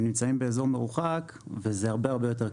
נמצאים באזור מרוחק וזה הרבה יותר קל.